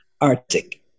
arctic